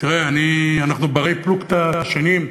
תראה, אנחנו בני-פלוגתא שנים,